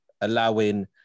allowing